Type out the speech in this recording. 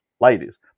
ladies